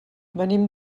venim